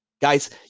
Guys